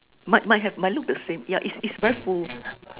might might have might look the same yeah is is very full